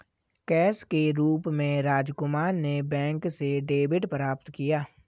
cash के रूप में राजकुमार ने बैंक से डेबिट प्राप्त किया